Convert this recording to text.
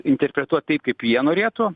interpretuot taip kaip jie norėtų